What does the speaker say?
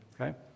Okay